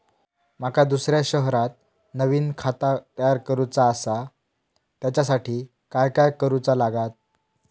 माका दुसऱ्या शहरात नवीन खाता तयार करूचा असा त्याच्यासाठी काय काय करू चा लागात?